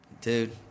dude